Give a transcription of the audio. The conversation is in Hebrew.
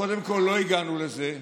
קודם כול לא הגענו לזה,